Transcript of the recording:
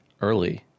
early